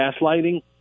gaslighting